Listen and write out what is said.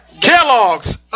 Kellogg's